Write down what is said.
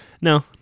No